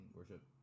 Worship